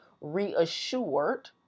reassured